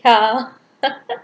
ya